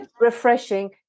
refreshing